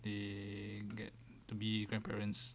they get to be grandparents